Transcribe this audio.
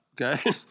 okay